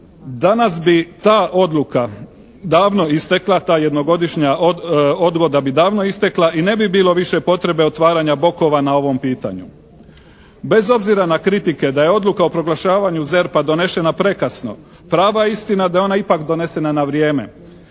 Danas bi ta odluka davno istekla, ta jednogodišnja odgoda bi davno istekla i ne bi bilo više potrebe otvaranja bokova na ovom pitanju. Bez obzira na kritike da je odluka o proglašavanju ZERP-a donešena prekasno, prava istina je da je ona ipak donesena na vrijeme